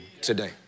today